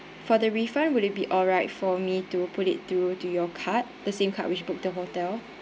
for the refund will it be alright for me to put it through to your card the same card which book the hotel